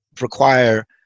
require